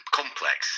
complex